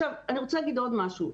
אני רוצה להגיד עוד משהו.